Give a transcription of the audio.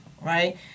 Right